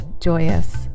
joyous